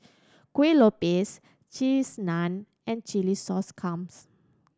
Kueh Lupis Cheese Naan and chilli sauce clams